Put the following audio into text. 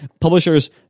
Publishers